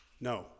No